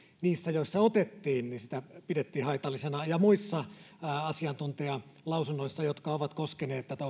niissä joissa otettiin sitä pidettiin haitallisena ja kaikissa muissa asiantuntijalausunnoissa jotka ovat koskeneet tätä